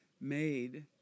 made